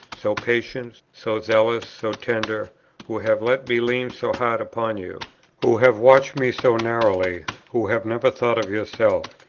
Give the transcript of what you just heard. so patient, so zealous, so tender who have let me lean so hard upon you who have watched me so narrowly who have never thought of yourself,